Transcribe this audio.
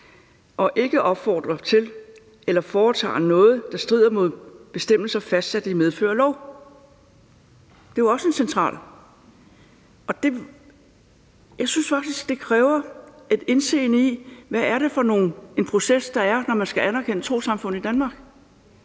det ikke opfordrer til eller foretager noget, der strider mod bestemmelser fastsat i medfør af lov. Det er jo også centralt, og jeg synes faktisk, det kræver et indseende i, hvad det er for en proces, der er, når man skal anerkende et trossamfund i Danmark.